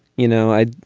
you know, i.